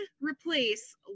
replace